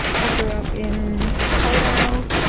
i grew up in coledale.